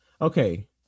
Okay